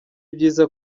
byiza